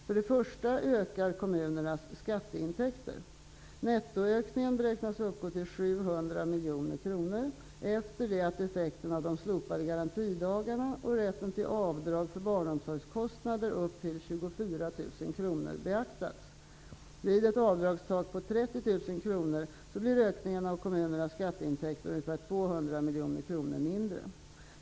För det första ökar kommunernas skatteintäkter. Nettoökningen beräknas uppgå till 700 miljoner kronor, efter det att effekten av de slopade garantidagarna och rätten till avdrag för barnomsorgskostnader upp till 24 000 kr har beaktats. Vid ett avdragstak på 30 000 kr blir ökningen av kommunernas skatteintäkter ungefär 200 miljoner kronor mindre.